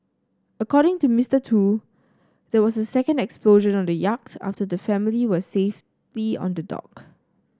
according to Mister Tu there was a second explosion on the yacht after the family were safely on the dock